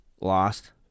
lost